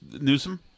Newsom